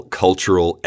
cultural